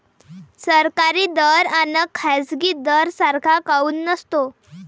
सरकारी दर अन खाजगी दर सारखा काऊन नसतो?